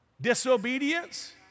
Disobedience